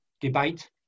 debate